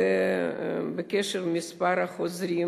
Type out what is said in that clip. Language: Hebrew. בקשר למספר החוזרים,